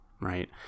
right